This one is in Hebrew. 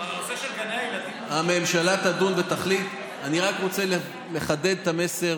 בנושא של גני הילדים, אני רק רוצה לחדד את המסר